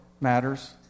matters